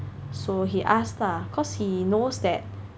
so he ask lah cause he knows that